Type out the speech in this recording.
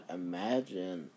imagine